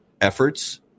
efforts